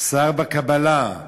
שר בקבלה,